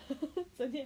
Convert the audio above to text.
I think is okay